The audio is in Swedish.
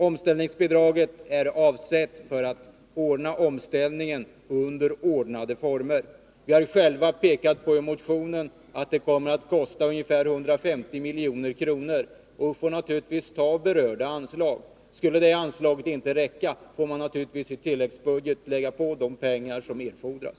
Omställningsbidraget är avsett för att omställningen skall kunna ske under ordnade former. Vi har själva pekat på i motionen att det kommer att kosta ungefär 150 milj.kr., och vi får naturligtvis ta av berört anslag. Skulle det anslaget inte räcka får man givetvis i tilläggsbudget lägga på de pengar som erfordras.